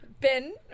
Ben